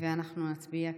אנחנו נצביע כאת.